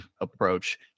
approach